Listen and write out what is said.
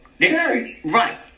Right